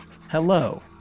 hello